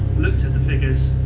looked at the figures,